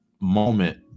moment